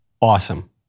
Awesome